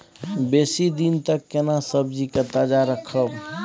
बेसी दिन तक केना सब्जी के ताजा रखब?